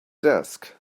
desk